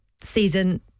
season